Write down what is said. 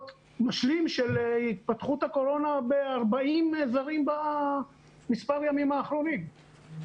משלים של התפתחות הקורונה בקרב 40 זרים במספר הימים האחרונים,